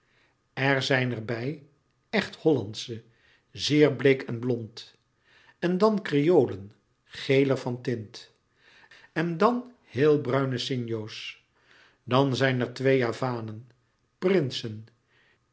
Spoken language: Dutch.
er zijn er bij echt hollandsche zeer bleek en blond louis couperus metamorfoze en dan kreolen geler van tint en dan heel bruine sinjo's dan zijn er twee javanen prinsen